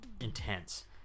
intense